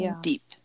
deep